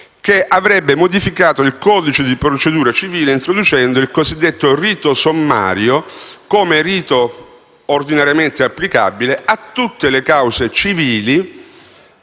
fa, avrebbe modificato il codice di procedura civile introducendo il cosiddetto rito sommario come rito ordinariamente applicabile a tutte le cause civili